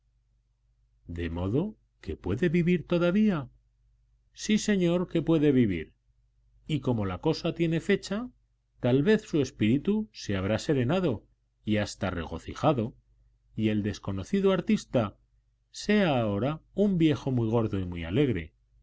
de modo que puede vivir todavía sí señor que puede vivir y como la cosa tiene fecha tal vez su espíritu se habrá serenado y hasta regocijado y el desconocido artista sea ahora un viejo muy gordo y muy alegre